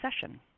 session